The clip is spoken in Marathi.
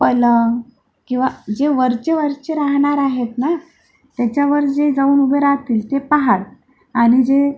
पलंग किंवा जे वरचे वरचे राहणार आहेत ना त्याच्यावर जे जाऊन उभे राहतील ते पहाड आणि जे